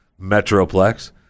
metroplex